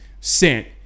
sent